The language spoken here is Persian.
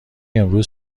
امروز